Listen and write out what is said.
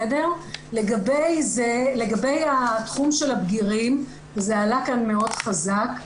לגבי התחום של הבגירים זה עלה כאן מאוד חזק,